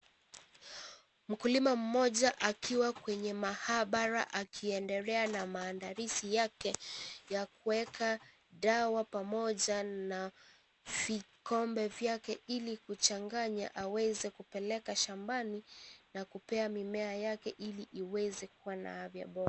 Mkulima mmoja akiwa kwenye maabara akiendelea na maandalizi yake ya kuweka dawa pamoja na vikombe vyake Ili kuchanganya na aweze kupeleka shambani na kupea mimea yake Ili iweze kuwa na afya Bora.